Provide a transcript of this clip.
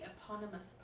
eponymous